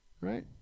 right